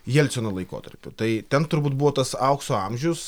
jelcino laikotarpiu tai ten turbūt buvo tas aukso amžius